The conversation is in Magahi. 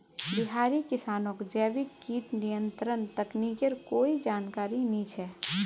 बिहारी किसानक जैविक कीट नियंत्रण तकनीकेर कोई जानकारी नइ छ